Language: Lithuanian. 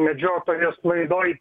medžiotojas laidoj